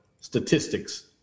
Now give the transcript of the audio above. statistics